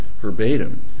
verbatim